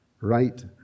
right